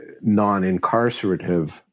non-incarcerative